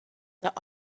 that